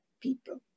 people